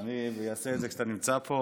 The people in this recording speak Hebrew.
אני אעשה את זה כשאתה נמצא פה.